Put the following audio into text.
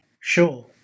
Sure